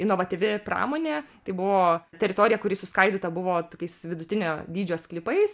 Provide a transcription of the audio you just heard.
inovatyvi pramonė tai buvo teritorija kuri suskaidyta buvo tokiais vidutinio dydžio sklypais